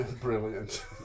brilliant